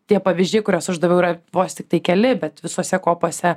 tie pavyzdžiai kuriuos aš daviau yra vos tiktai keli bet visose kopose